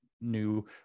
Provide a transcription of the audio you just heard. new